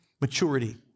maturity